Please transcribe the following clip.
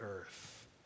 earth